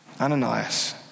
Ananias